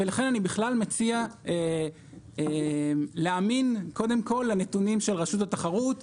לכן אני בכלל מציע להאמין קודם כל לנתונים של רשות התחרות,